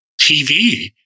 TV